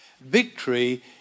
Victory